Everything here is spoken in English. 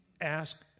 Ask